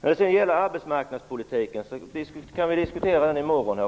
Vi kan diskutera arbetsmarknadspolitiken i morgon.